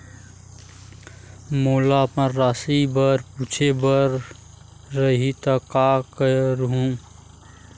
मोला अपन राशि ल पूछे बर रही त का करहूं?